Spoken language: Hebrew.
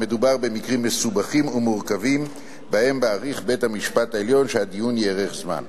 המדובר במקרים מסובכים ומורכבים שבהם מעריך בית-המשפט שהדיון יארך זמן.